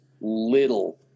little